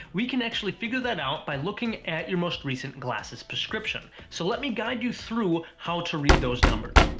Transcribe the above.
we can actually figure that out by looking at your most recent glasses prescription. so, let me guide you through how to read those numbers.